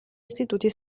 istituti